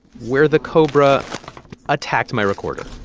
where the cobra attacked my recorder